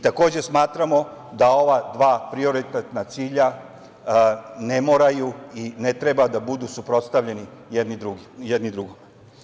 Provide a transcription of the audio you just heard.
Takođe smatramo da ova dva prioritetna cilja ne moraju i ne treba da budu suprotstavljeni jedni drugima.